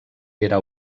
era